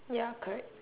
ya correct